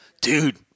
dude